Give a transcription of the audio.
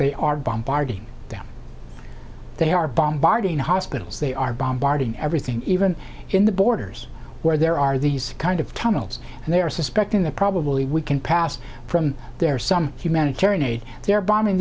they are bombarding them they are bombarding hospitals they are bombarding everything even in the borders where there are these kind of tunnels and they are suspecting that probably we can pass from there some humanitarian aid they're bombing